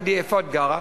הגידי איפה את גרה",